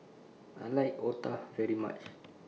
I like Otah very much